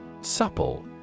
Supple